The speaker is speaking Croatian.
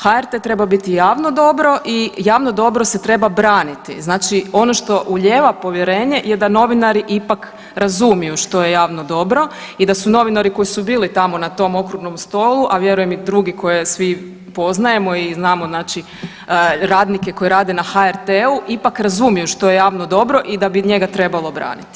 HRT treba biti javno dobro i javno dobro se treba braniti, znači ono što ulijeva povjerenje je da novinari ipak razumiju što je javno dobro i da su novinari koji su bili tamo na tom Okruglom stolu, a vjerujem i drugi koje svi poznajemo i znamo znači radnike koji rade na HRT-u ipak razumiju što je javno dobro i da bi njega trebalo braniti.